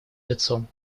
лицом